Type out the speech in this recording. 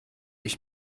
ich